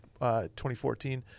2014